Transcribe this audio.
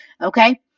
okay